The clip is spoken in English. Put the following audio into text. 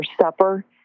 supper